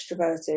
extroverted